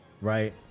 right